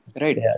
right